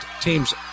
team's